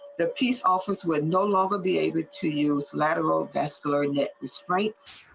the peace officers would no longer be able to use lateral vascular yet the straits.